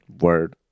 Word